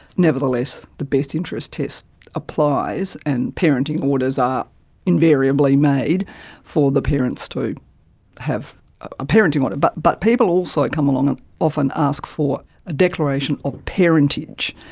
nevertheless the best interest test applies and parenting orders are invariably made for the parents to have a parenting order. but but people also come along and often ask for a declaration of parentage,